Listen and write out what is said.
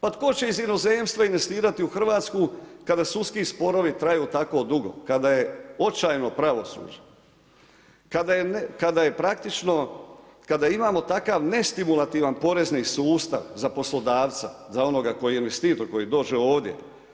Pa tko će iz inozemstva investirati u Hrvatsku kada sudski sporovi traju tako dugo, kada je očajno pravosuđe, kada je praktično, kada imamo takav nestimulativan porezni sustav za poslodavca, za onoga tko je investitor tko dođe ovdje?